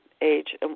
Age